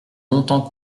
longtemps